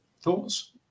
thoughts